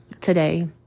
today